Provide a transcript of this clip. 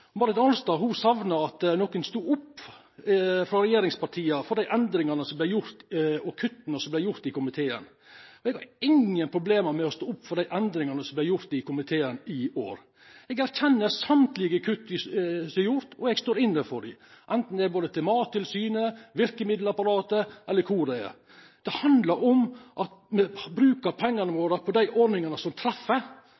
Marit Arnstad sakna at nokon frå regjeringspartia si side stod opp for dei endringane og dei kutta som vart gjorde i komiteen. Eg har ingen problem med å stå opp for dei endringane som vart gjorde i komiteen i år. Eg erkjenner alle kutta som er gjorde, og eg står inne for dei – anten det har vore til Mattilsynet eller verkemiddelapparatet eller kor det har vore. Det handlar om at me brukar pengane